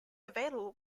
available